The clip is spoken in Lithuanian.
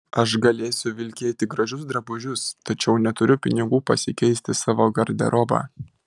aš galėsiu vilkėti gražius drabužius tačiau neturiu pinigų pasikeisti savo garderobą